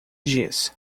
diz